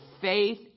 faith